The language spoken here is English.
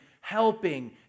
helping